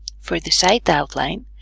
for the site outline,